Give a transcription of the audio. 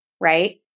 right